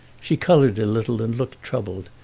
she coloured a little and looked troubled,